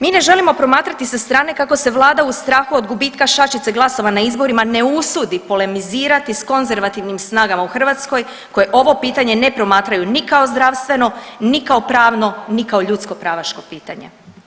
Mi ne želimo promatrati sa strane kako se vlada u strahu od gubitka šačice glasova na izborima ne usudi polemizirati s konzervativnim snagama u Hrvatskoj koje ovo pitanje ne promatraju ni kao zdravstveno, ni kao pravno, ni kao ljudsko pravaško pitanje.